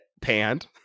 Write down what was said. panned